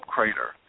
Crater